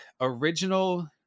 original